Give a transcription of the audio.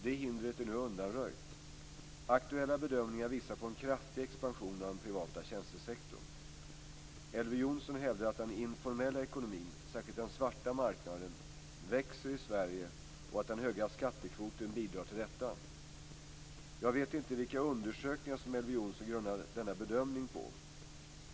Det hindret är nu undanröjt. Aktuella bedömningar visar på en kraftig expansion av den privata tjänstesektorn. Elver Jonsson hävdar att den informella ekonomin, särskilt den svarta marknaden, växer i Sverige och att den höga skattekvoten bidrar till detta. Jag vet inte vilka undersökningar som Elver Jonsson grundar denna bedömning på.